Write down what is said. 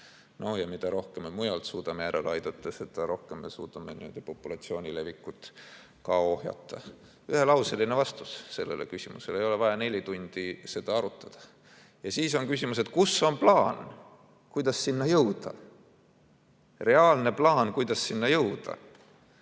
Ja mida rohkem me muuga suudame järele aidata, seda rohkem me suudame n-ö populatsioonilevikut ohjata. Ühelauseline vastus sellele küsimusele on: ei ole vaja neli tundi seda arutada. On küsimus: kus on plaan, kuidas sinna jõuda? Reaalne plaan, kuidas sinna jõuda,